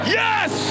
yes